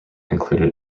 included